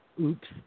Oops